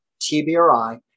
TBRI